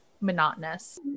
monotonous